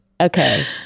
Okay